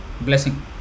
Blessing